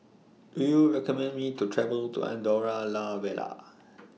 Do YOU recommend Me to travel to Andorra La Vella